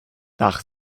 nach